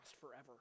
forever